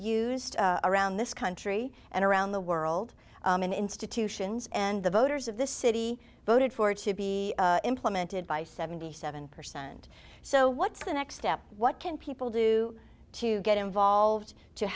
used around this country and around the world and institutions and the voters of this city voted for it to be implemented by seventy seven percent so what's the next step what can people do to get involved to